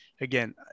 again